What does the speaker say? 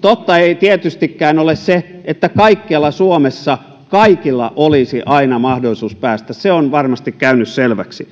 totta ei tietystikään ole se että kaikkialla suomessa kaikilla olisi aina mahdollisuus päästä se on varmasti käynyt selväksi